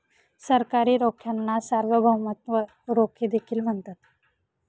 सरकारी रोख्यांना सार्वभौमत्व रोखे देखील म्हणतात